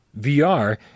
VR